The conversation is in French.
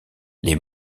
les